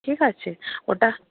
ঠিক আছে ওটা